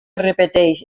repeteix